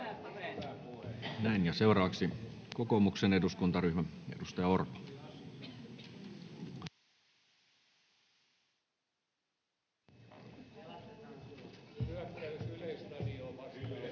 Näin. — Ja seuraavaksi kokoomuksen eduskuntaryhmä, edustaja Orpo.